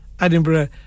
Edinburgh